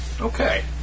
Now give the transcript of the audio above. Okay